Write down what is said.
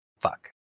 Fuck